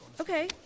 Okay